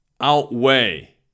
outweigh